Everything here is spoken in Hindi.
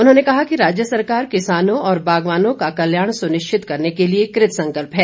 उन्होंने कहा कि राज्य सरकार किसानों और बागवानों का कल्याण सुनिश्चित करने के लिए कृतसंकल्प है